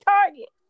Target